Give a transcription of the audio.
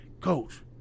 Coach